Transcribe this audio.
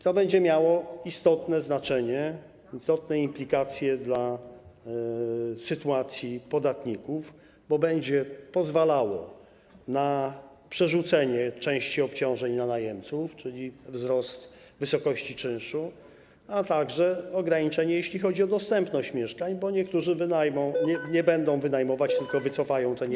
To będzie miało istotne znaczenie, istotne implikacje dla sytuacji podatników, bo będzie pozwalało na przerzucenie części obciążeń na najemców, czyli wzrost wysokości czynszu, a także ograniczenie, jeśli chodzi o dostępność mieszkań, bo niektórzy nie będą wynajmować, tylko wycofają te nieruchomości.